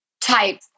type